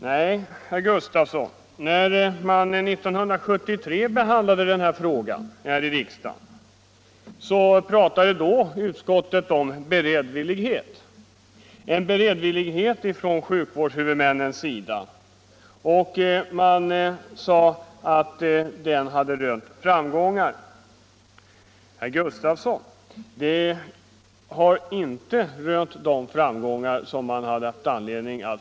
Nej, herr Gustavsson, när riksdagen behandlade denna fråga 1973 talade utskottets talesman om sjukvårdshuvudmännens beredvillighet och sade att den hade lett till framgångar, men den beredvilligheten har då inte medfört de framgångar som man hade anledning räkna med.